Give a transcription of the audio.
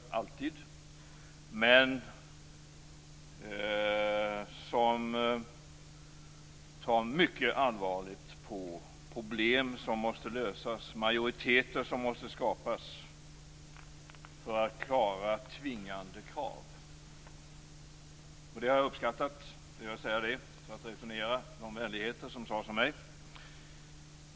Han tar mycket allvarligt på problem som måste lösas, majoriteter som måste skapas för att klara tvingande krav. Det har jag uppskattat. Jag vill säga det för att returnera de vänligheter som sades om mig.